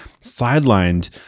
sidelined